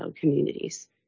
communities